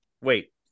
Wait